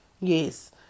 yes